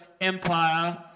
empire